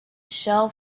shell